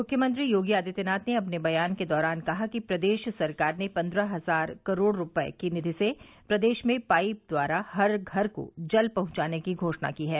मुख्यमंत्री योगी आदित्यनाथ ने अपने बयान के दौरान कहा कि प्रदेश सरकार ने पन्द्रह हजार करोड़ रूपये की निधि से प्रदेश में पाइप द्वारा हर घर को जल पहुंचाने की घोषणा की है